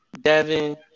Devin